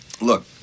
Look